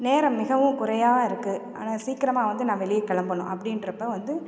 நேரம் மிகவும் குறைவா இருக்குது ஆனால் சீக்கிரமாக வந்து நான் வெளியே கிளம்பணும் அப்படின்றப்ப வந்து